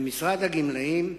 במשרד הגמלאים,